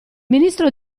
ministro